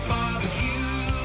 Barbecue